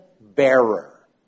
bearer